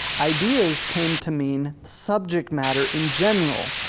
ideas came to mean subject matter in general,